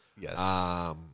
Yes